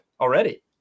Already